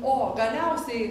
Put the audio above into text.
o galiausiai